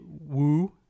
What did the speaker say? Woo